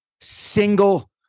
single